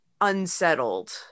unsettled